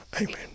Amen